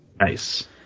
Nice